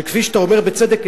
שכפי שאתה אומר בצדק,